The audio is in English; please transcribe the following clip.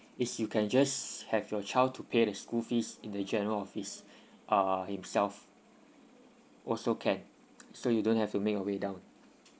is you can just have your child to pay the school fees in the general office uh himself also can so you don't have to make your way down